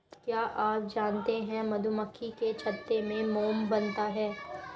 क्या आप जानते है मधुमक्खी के छत्ते से मोम बनता है